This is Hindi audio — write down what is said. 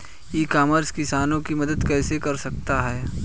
ई कॉमर्स किसानों की मदद कैसे कर सकता है?